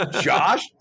Josh